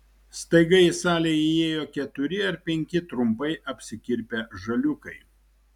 staiga į salę įėjo keturi ar penki trumpai apsikirpę žaliūkai